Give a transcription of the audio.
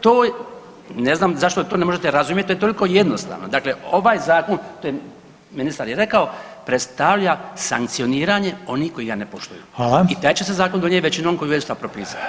To, ne znam zašto to ne možete razumjeti, to je toliko jednostavno, dakle ovaj zakon, to je, ministar je rekao predstavlja sankcioniranje onih koji ga ne poštuju [[Upadica: Hvala]] i taj će se zakon donijet većinom koju je ministar propisao.